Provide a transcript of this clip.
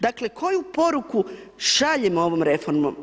Dakle, koju poruku šaljemo ovom reformom?